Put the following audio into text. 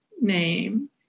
name